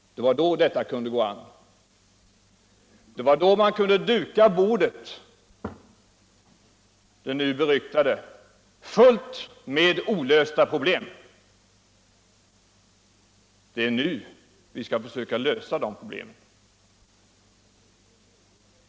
Det var då man kunde duka bordet — det nu beryktade - fullt med olösta problem. Det är nu vi skall försöka lösa dessa problem.